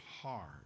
hard